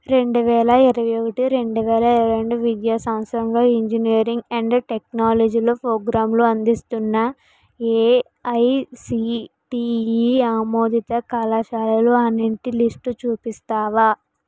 రెండు వేల ఇరవై ఒకటి రెండు వేల ఇరవై రెండు విద్యా సంవత్సరంలో ఇంజనీరింగ్ అండ్ టెక్నాలజీలో ప్రోగ్రాంలు అందిస్తున్న ఏఐసీటీఈ ఆమోదిత కళాశాలలు అన్నింటి లిస్టు చూపిస్తావా